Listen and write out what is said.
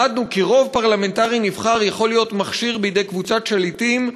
למדנו כי רוב פרלמנטרי נבחר יכול להיות מכשיר בידי קבוצת שליטים,